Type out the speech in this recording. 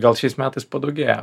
gal šiais metais padaugėjo